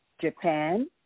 Japan